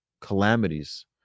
calamities